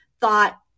thought